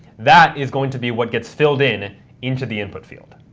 that is going to be what gets filled in into the input field.